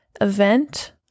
Event